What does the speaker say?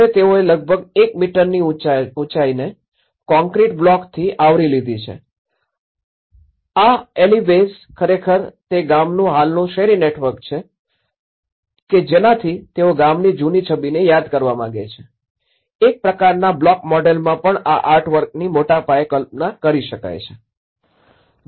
હવે તેઓએ લગભગ ૧ મીટરની ઊંચાઈને કોંક્રિટ બ્લોક્સથી આવરી લીધી છે આ એલીવેઝ ખરેખર તે ગામનું હાલનું શેરી નેટવર્ક છે કે જેનાથી તેઓ ગામની જૂની છબીને યાદ કરવા માંગે છે એક પ્રકારનાં બ્લોક મોડેલમાં પણ આ આર્ટવર્કની મોટાપાયે કલ્પના કરી શકાય છે